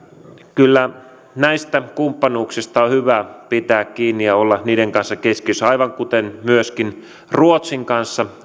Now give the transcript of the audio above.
kyllä näistä kumppanuuksista on hyvä pitää kiinni ja olla niiden kanssa keskiössä aivan kuten myöskin ruotsin kanssa